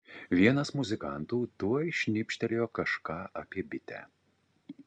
vienas muzikantų tuoj šnibžtelėjo kažką apie bitę